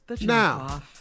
Now